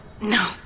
No